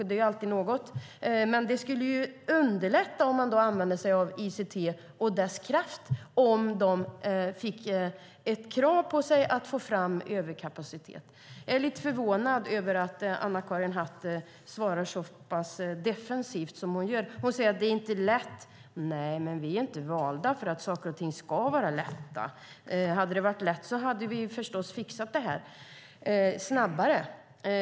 Det är alltid något, men det skulle underlätta om man använde sig av ICT såtillvida att ICT får ett krav på sig att få fram överkapacitet. Jag är lite förvånad över att Anna-Karin Hatt svarar så pass defensivt som hon gör. Hon säger att det inte är lätt. Nej, vi är inte valda för att saker och ting ska vara lätta. Om det hade varit lätt hade vi förstås fixat detta snabbare.